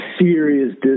serious